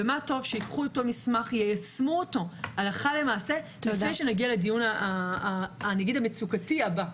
וטוב שיישמו את אותו מסמך הלכה למעשה לפני שנגיע לדיון המצוקתי הבא.